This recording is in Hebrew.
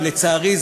ולצערי,